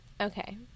Okay